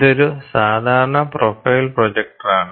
ഇതൊരു സാധാരണ പ്രൊഫൈൽ പ്രൊജക്ടറാണ്